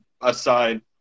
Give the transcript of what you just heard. aside